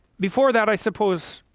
before that i suppose